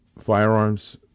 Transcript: firearms